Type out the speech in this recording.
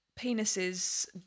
penises